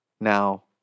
now